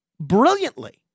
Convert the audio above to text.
brilliantly